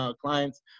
clients